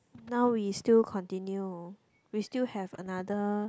now we still continue we still have another